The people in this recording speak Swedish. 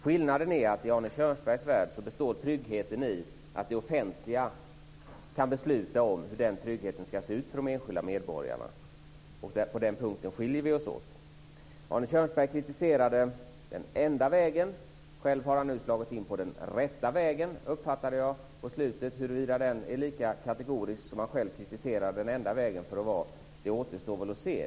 Skillnaden är att tryggheten i Arne Kjörnsbergs värld består i att det offentliga kan besluta om hur den tryggheten kan se ut för de enskilda medborgarna. På den punkten skiljer vi oss åt. Arne Kjörnsberg kritiserade den enda vägen. Själv har han nu slagit in på den rätta vägen, uppfattade jag på slutet. Huruvida den är lika kategorisk som han själv kritiserar den enda vägen för att vara återstår att se.